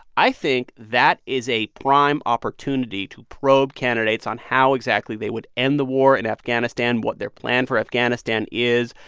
i think that is a prime opportunity to probe candidates on how exactly they would end the war in afghanistan, what their plan for afghanistan is,